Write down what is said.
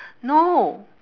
no